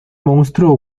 monstruo